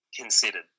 considered